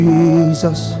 Jesus